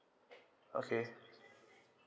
okay